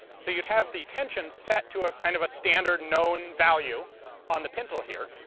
so you'd have the tension set to a kind of a standard known value on the pintle here,